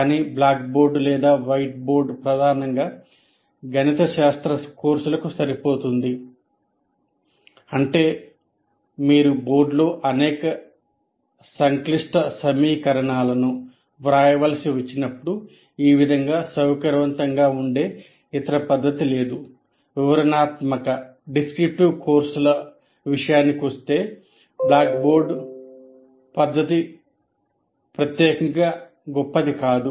కానీ black board లేదా white board ప్రధానంగా గణితశాస్త్ర కోర్సులకు సరిపోతుంది అంటే మీరు బోర్డులో అనేక సంక్లిష్ట సమీకరణాలను కోర్సుల విషయానికి వస్తే బ్లాక్ బోర్డ్ పద్ధతి ప్రత్యేకంగా గొప్పది కాదు